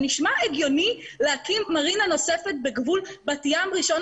זה נשמע הגיוני להקים מרינה נוספת בגבול בת ים-ראשון